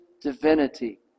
divinity